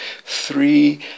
three